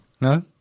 no